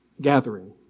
gathering